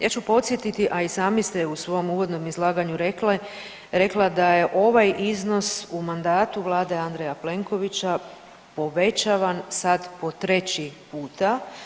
Ja ću podsjetiti, a i sami se u svom uvodnom izlaganju rekla da je ovaj iznos u mandatu vlade Andreja Plenkovića povećavan sad po treći puta.